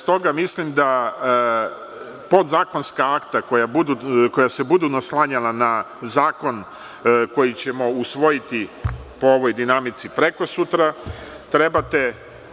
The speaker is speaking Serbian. Stoga mislim da podzakonska akta koja se budu naslanjala na zakon koji ćemo usvojiti po ovoj dinamici prekosutra, treba